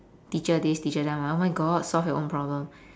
teacher this teacher that I'm like oh my god solve your own problem